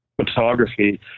photography